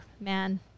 man